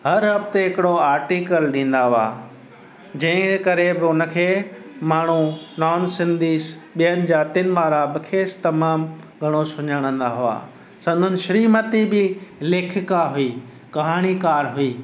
हर हफ़्ते हिकिड़ो आर्टीकल ॾींदा हुआ जंहिं करे बि उनखे माण्हू नॉन सिंधीज़ ॿियनि जातिन वारा बि खे़सि तमामु घणो सुञाणंदा हुआ संदनि श्रीमती बि लेखिका हुई कहाणीकार हुई